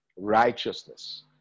righteousness